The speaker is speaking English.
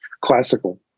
classical